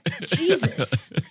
Jesus